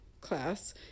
class